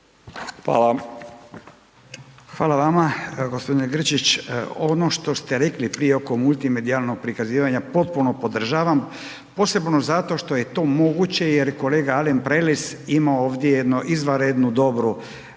Hvala vama, g. Grčić. Ono što ste rekli prije oko multimedijalnog prikazivanja, potpuno podržavam posebno zato što je to moguće jer kolega Alen Prelec ima ovdje jednu izvanrednu dobru